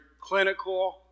clinical